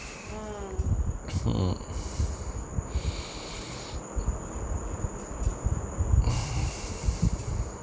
mm